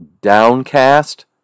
downcast